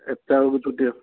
ଏତେଟା ବେଳକୁ ଛୁଟି ହେବ